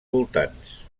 voltants